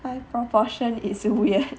my proportion it's weird